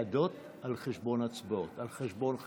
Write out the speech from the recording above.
ועדות על חשבון הצבעות, על חשבון חקיקה.